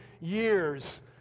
years